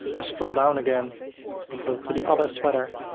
i scroll down again and go to the other sweater,